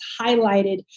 highlighted